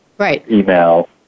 email